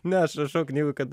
ne aš rašau knygoj kad